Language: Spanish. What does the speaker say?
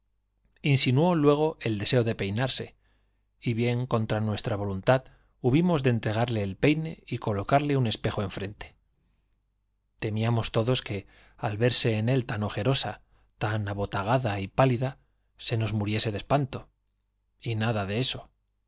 insinuó luego el deseo mal llegó de peinarse y bien contra nuestra voluntad hubimos de entregarle el peine y colocarle un espejo enfrente temíamos todos que al verse en él tan ojerosa tan pálida muriese de espanto y abotagada se nos y nada de eso